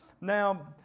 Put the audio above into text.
Now